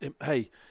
hey –